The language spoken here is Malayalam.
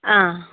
ആ